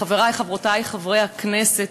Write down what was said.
חברי וחברותי חברי הכנסת,